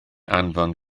anfon